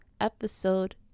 episode